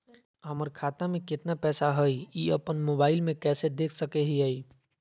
हमर खाता में केतना पैसा हई, ई अपन मोबाईल में कैसे देख सके हियई?